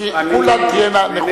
כולן תהיינה נכונות.